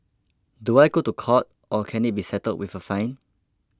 do I go to court or can it be settled with a fine